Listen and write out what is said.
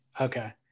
Okay